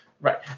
Right